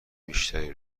بیشتری